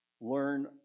learn